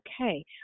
okay